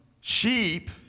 sheep